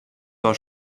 war